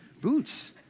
boots